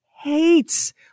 hates